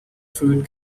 fruit